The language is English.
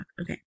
Okay